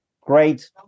great